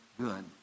good